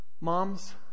Moms